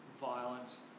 violent